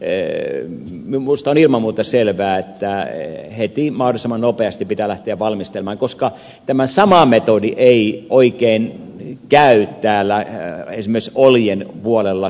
minusta on ilman muuta selvää että heti mahdollisimman nopeasti pitää lähteä valmistelemaan tätä koska tämä sama metodi ei oikein käy esimerkiksi oljen puolella